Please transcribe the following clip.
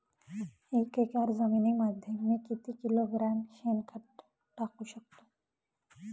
एक एकर जमिनीमध्ये मी किती किलोग्रॅम शेणखत टाकू शकतो?